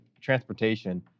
transportation